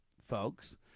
folks